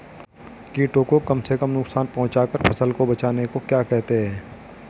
कीटों को कम से कम नुकसान पहुंचा कर फसल को बचाने को क्या कहते हैं?